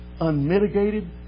unmitigated